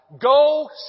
go